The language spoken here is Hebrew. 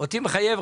שינויים.